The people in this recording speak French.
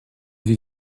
vais